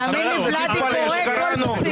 תאמין לי, ולדי קורא כל פסיק.